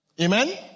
Amen